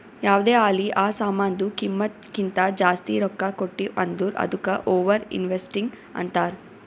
ಯಾವ್ದೇ ಆಲಿ ಆ ಸಾಮಾನ್ದು ಕಿಮ್ಮತ್ ಕಿಂತಾ ಜಾಸ್ತಿ ರೊಕ್ಕಾ ಕೊಟ್ಟಿವ್ ಅಂದುರ್ ಅದ್ದುಕ ಓವರ್ ಇನ್ವೆಸ್ಟಿಂಗ್ ಅಂತಾರ್